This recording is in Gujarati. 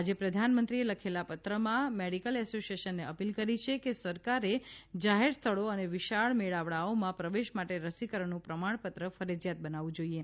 આજે પ્રધાનમંત્રીને લખેલા પત્રમાં મેડીકલ એસોસીએશને અપીલ કરી છે કે સરકારે જાહેર સ્થળો અને વિશાળ મેળાવડાઓમાં પ્રવેશ માટે રસીકરણનું પ્રમાણપત્ર ફરજિયાત બનાવવું જોઈએ